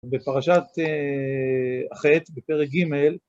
בפרשת החטא בפרק ג'